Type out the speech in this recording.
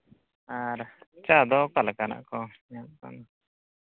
ᱟᱨ ᱪᱟ ᱫᱚ ᱚᱠᱟ ᱞᱮᱠᱟᱱᱟᱜ ᱠᱚ ᱧᱟᱢᱚᱜ ᱠᱟᱱᱟ